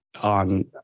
on